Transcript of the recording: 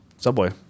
Subway